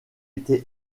été